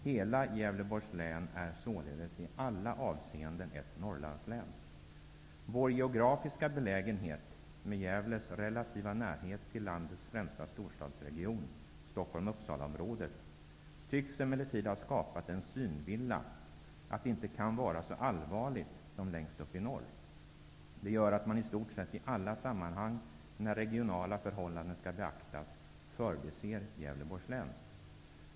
Hela Gävleborgs län är således i alla avseenden ett Gävles relativa närhet till landets främsta storstadsregion Stockholm--Uppsalaområdet, tycks emellertid ha skapat en synvilla att det inte kan vara så allvarligt som längst uppe i norr. Det gör att man i stort sett alla sammanhang när regionala förhållanden skall beaktas förbiser Gävleborgs län.